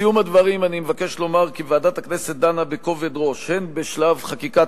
בסיום הדברים אני מבקש לומר כי ועדת הכנסת דנה בכובד ראש הן בשלב חקיקת